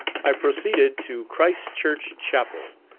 i proceeded to christ church chapel,